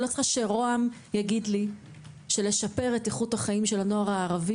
אני לא צריכים שרוה"מ יגיד לי שלשפר את איכות החיים של הנוער הערבי,